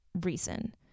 reason